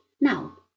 now